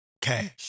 cash